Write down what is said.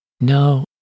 No